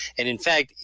and in fact,